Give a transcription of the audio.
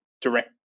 direct